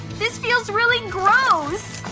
this feels really gross!